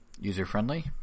User-friendly